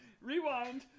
Rewind